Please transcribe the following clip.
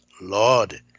Lord